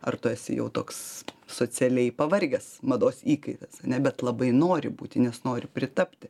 ar tu esi jau toks socialiai pavargęs mados įkaitas ane bet labai nori būti nes nori pritapti